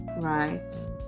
right